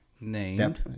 named